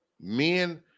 Men